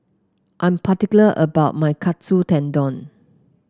I am particular about my Katsu Tendon